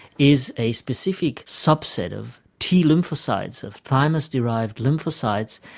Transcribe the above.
is a specific subset of t lymphocytes, of thymus derived lymphocytes,